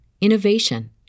innovation